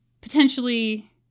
potentially